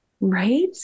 Right